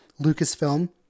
Lucasfilm